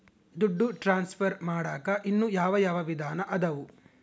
ದುಡ್ಡು ಟ್ರಾನ್ಸ್ಫರ್ ಮಾಡಾಕ ಇನ್ನೂ ಯಾವ ಯಾವ ವಿಧಾನ ಅದವು?